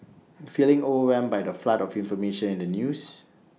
feeling overwhelmed by the flood of information in the news